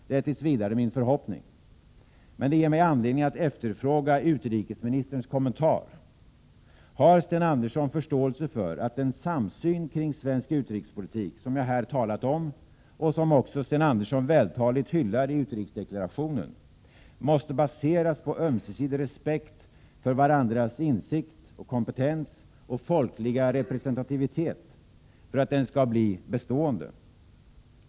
Det är tills vidare min förhoppning. Men det ger mig anledning att efterfråga utrikesministerns kommentar. Har Sten Andersson förståelse för att den samsyn kring svensk utrikespolitik som jag här talat om, och som Sten Andersson hyllar i utrikesdeklarationen, måste baseras på ömsesidig respekt för varandras insikt, kompetens och folkliga representativitet för att den skall bli bestående?